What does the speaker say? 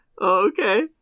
Okay